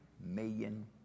million